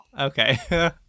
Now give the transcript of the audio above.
Okay